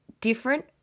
different